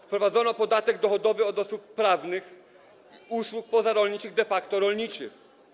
Wprowadzono podatek dochodowy od osób prawnych i usług pozarolniczych, de facto rolniczych.